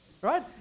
right